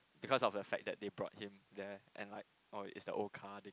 because of the fact that they brought him there and like that or is the old car they